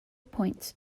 points